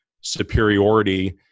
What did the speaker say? superiority